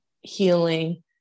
healing